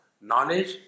knowledge